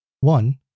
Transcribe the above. one